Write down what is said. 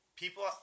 People